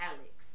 Alex